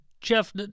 Jeff